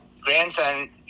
grandson